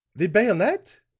the bayonet?